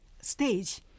stage